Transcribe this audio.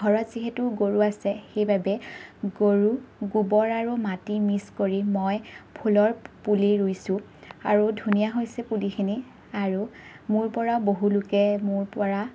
ঘৰত যিহেতু গৰু আছে সেইবাবে গৰু গোবৰ আৰু মাটি মিছ কৰি মই ফুলৰ পুলি ৰুইছোঁ আৰু ধুনীয়া হৈছে পুলিখিনি আৰু মোৰ পৰা বহু লোকে মোৰ পৰা